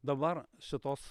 dabar šitos